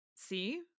see